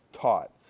taught